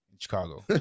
Chicago